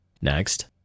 Next